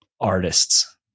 artist's